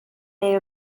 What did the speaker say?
debe